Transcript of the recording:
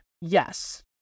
Yes